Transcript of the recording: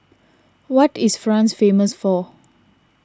what is France famous for